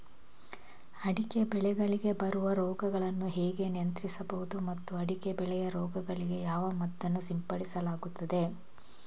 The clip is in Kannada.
ಅಡಿಕೆ ಬೆಳೆಗಳಿಗೆ ಬರುವ ರೋಗಗಳನ್ನು ಹೇಗೆ ನಿಯಂತ್ರಿಸಬಹುದು ಮತ್ತು ಅಡಿಕೆ ಬೆಳೆಯ ರೋಗಗಳಿಗೆ ಯಾವ ಮದ್ದನ್ನು ಸಿಂಪಡಿಸಲಾಗುತ್ತದೆ?